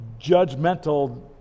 judgmental